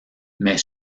mais